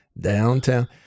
Downtown